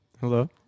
hello